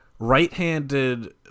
Right-handed